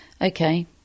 okay